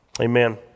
Amen